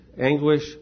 anguish